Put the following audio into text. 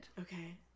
Okay